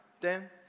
Dan